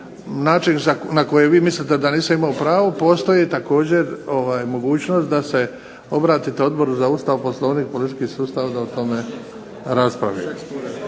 način na koji vi mislite da nisam imao pravo postoji također mogućnost da se obratite Odboru za Ustav, Poslovnik i politički sustav da o tome raspravi.